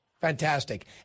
Fantastic